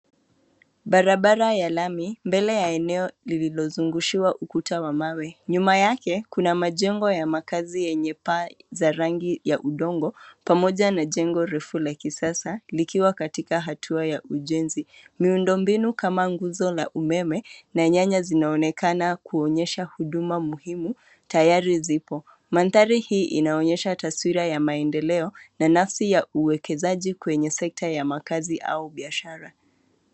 Barabara ya lami mbele ya eneo lilozungushiwa ukuta wa mawe. Nyuma yake kuna majengo ya makaazi yenye paa za rangi ya udongo pamoja na jengo refu la kisasa likiwa katika hatua ya ujenzi. Miundo mbinu kama nguzo la umeme na nyaya zinaonekana kuonyesha huduma muhimu tayari zipo. Mandhari hii inaonyesha taswira ya maendeleo na nafsi ya uwekezaji kwenye sekta makaazi au biashara.